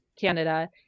Canada